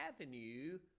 avenue